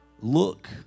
look